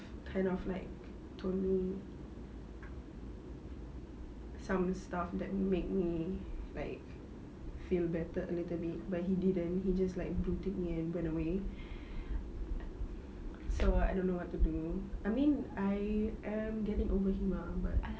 kind of like told me some stuff that make me like feel better a little bit but he didn't he just like blue tick me and went away so I don't know what to do I mean I am getting over him ah but